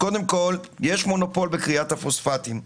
יש מונופול בכריית הפוספטים,